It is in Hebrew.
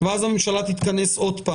נכון לעכשיו הפגיעה היא אנושה,